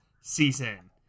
season